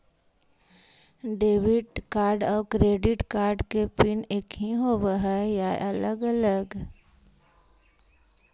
Debit और credit card के PIN एकही होव हइ या अलग अलग?